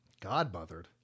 godmothered